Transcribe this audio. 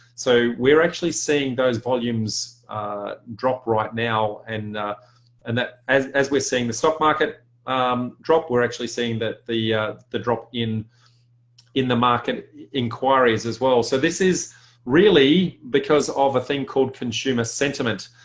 so we're actually seeing those volumes drop right now and and as as we're seeing the stock market um drop, we're actually seeing that the the drop in in the market inquiries as well. so this is really because of a thing called consumer sentiment.